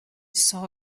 saw